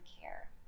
care